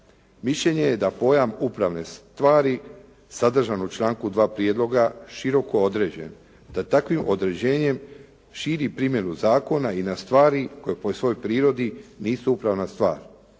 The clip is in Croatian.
Mišljenje je da pojam upravne stvari sadržan u članku 2. prijedloga široko određen, da takvim određenjem širi primjenu zakona i na stvari koje po svojoj prirodi nisu upravna stvar.